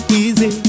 easy